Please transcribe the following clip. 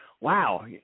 wow